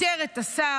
פיטר את השר,